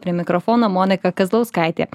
prie mikrofono monika kazlauskaitė